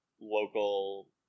local